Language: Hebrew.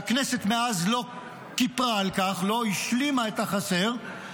והכנסת מאז לא כיפרה על כך לא השלימה את החסר,